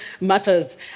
matters